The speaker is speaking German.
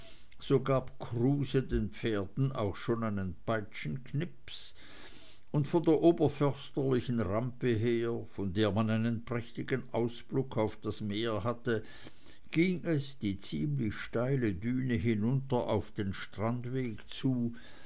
so gab kruse den pferden auch schon einen peitschenknips und von der oberförsterlichen rampe her von der man einen prächtigen ausblick auf das meer hatte ging es die ziemlich steile düne hinunter auf den strandweg zu